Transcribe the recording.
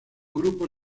grupo